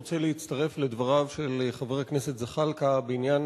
אני רוצה להצטרף לדבריו של חבר הכנסת זחאלקה בעניין